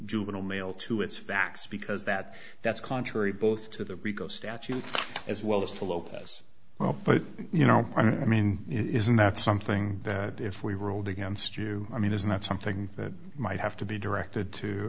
juvenile male to its facts because that that's contrary both to the rico statute as well as to locals but you know i mean isn't that something that if we ruled against you i mean isn't that something that might have to be directed to